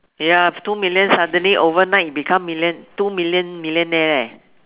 you have two million suddenly overnight become million two million millionaire leh